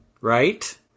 right